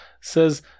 says